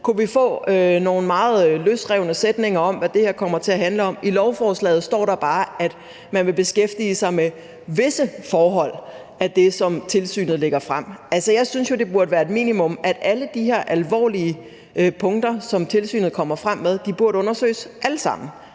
om, og nogle meget løsrevne sætninger om, hvad det her kommer til at handle om. I lovforslaget står der bare, at man vil beskæftige sig med visse forhold af det, som tilsynet lægger frem. Altså, jeg synes jo, det burde være et minimum, at alle de her alvorlige punkter, som tilsynet kommer frem med, alle sammen